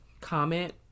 comment